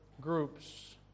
groups